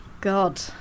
God